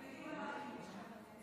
תבדקי אם לימור סון הר מלך לא הייתה בוועדה.